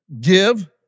give